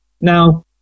now